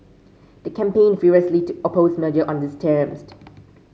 they campaigned furiously to oppose merger on these terms